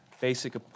basic